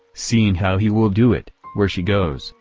seeing how he will do it, where she goes,